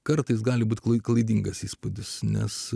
kartais gali būti klaidingas įspūdis nes